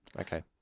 Okay